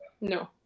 no